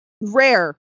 Rare